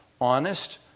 honest